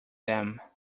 them